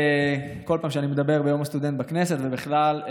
כל פעם שאני מדבר ביום הסטודנט בכנסת ובכלל,